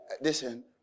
Listen